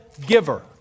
giver